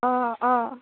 অঁ অঁ